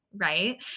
right